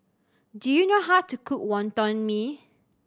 do you know how to cook Wonton Mee